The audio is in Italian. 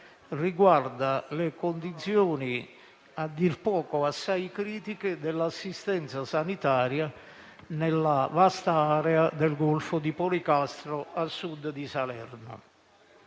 riguarda le condizioni a dir poco assai critiche dell'assistenza sanitaria nella vasta area del golfo di Policastro, a sud di Salerno.